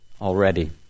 already